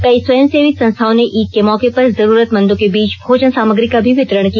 कई स्वयंसेवी संस्थाओं ने ईद के मौके पर जरूरतमंदों के बीच भोजन सामग्री का भी वितरण किया